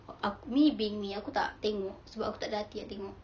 ak~ me being me aku tak tengok sebab aku takde hati nak tengok